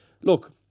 look